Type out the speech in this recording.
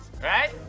Right